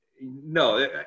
No